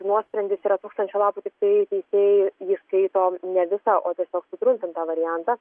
nuosprendis yra tūkstančio lapų tiktai teisėjai jį skaito ne visą o tiesiog sutrumpintą variantą